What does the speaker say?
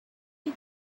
you